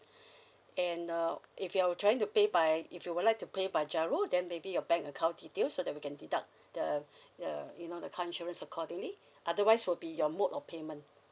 and uh if you're trying to pay by if you would like to pay by GIRO then maybe your bank account details so that we can deduct the the you know the car insurance accordingly otherwise will be your mode of payment